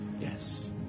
Yes